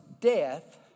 death